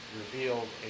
revealed